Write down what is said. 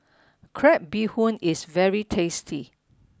Crab Bee Hoon is very tasty